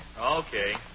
Okay